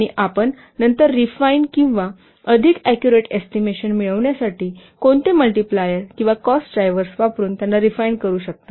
आणि आपण नंतर रिफाइन किंवा अधिक ऍक्युरेट एस्टिमेशन मिळविण्यासाठी कोणते मल्टीप्लायर किंवा कॉस्ट ड्रायव्हर्स वापरुन त्यांना रिफाइन करू शकता